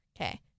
Okay